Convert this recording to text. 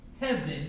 Heaven